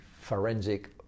forensic